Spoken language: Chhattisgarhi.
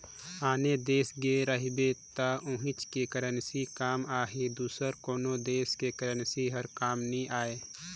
आन देस गे रहिबे त उहींच के करेंसी काम आही दूसर कोनो देस कर करेंसी हर काम नी आए